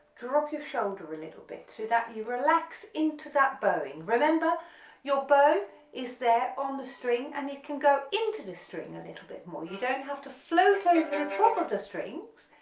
drop your shoulder a little bit so that you relax into that bowing, remember your bow is there on the string and it can go into the string a little bit more. you don't have to float over the top of the strings,